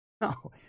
No